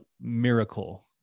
miracle